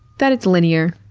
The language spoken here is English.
that it's linear.